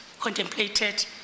contemplated